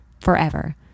forever